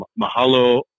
Mahalo